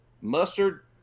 Mustard